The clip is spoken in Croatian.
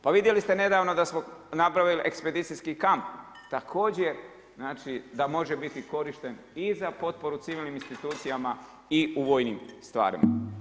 Pa vidjeli ste nedavno da smo napravili ekspedicijski kamp da može biti korišten i za potporu civilnim institucijama i u vojnim stvarima.